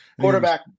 quarterback